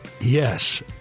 Yes